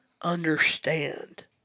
understand